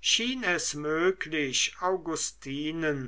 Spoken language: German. schien es möglich augustinen